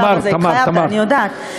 תמר, תמר, תמר, התחייבת, אני יודעת.